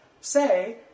say